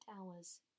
hours